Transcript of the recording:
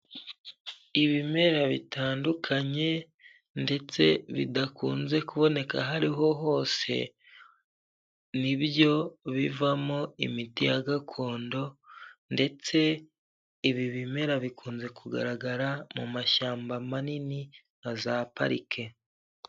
Ibimera bitandukanye ndetse bidakunze kuboneka aho ariho hose, ni byo bivamo imiti ya gakondo ndetse ibi bimera bikunze kugaragara mu mashyamba manini nka za parike.